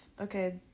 okay